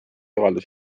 avaldas